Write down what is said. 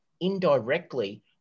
indirectly